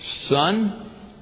Son